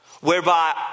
whereby